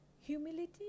Humility